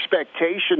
expectation